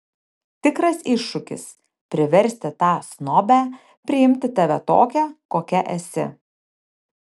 tikras iššūkis priversti tą snobę priimti tave tokią kokia esi